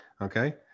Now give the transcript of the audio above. Okay